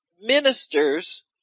ministers